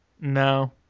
no